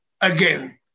again